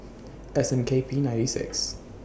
S N K P ninety six